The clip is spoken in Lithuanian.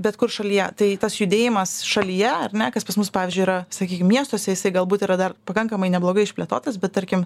bet kur šalyje tai tas judėjimas šalyje ar ne kas pas mus pavyzdžiui yra sakykim miestuose jisai galbūt yra dar pakankamai neblogai išplėtotas bet tarkim